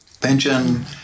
pension